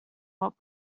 what